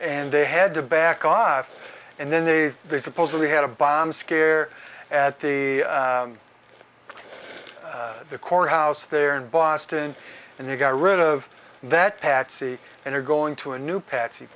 and they had to back off and then they they supposedly had a bomb scare at the the courthouse there in boston and they got rid of that patsy and they're going to a new pat